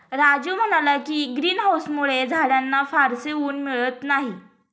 राजीव म्हणाला की, ग्रीन हाउसमुळे झाडांना फारसे ऊन मिळत नाही